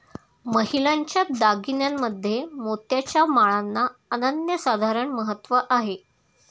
महिलांच्या दागिन्यांमध्ये मोत्याच्या माळांना अनन्यसाधारण महत्त्व आहे